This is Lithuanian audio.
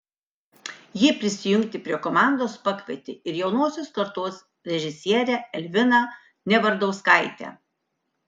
ji prisijungti prie komandos pakvietė ir jaunosios kartos režisierę elviną nevardauskaitę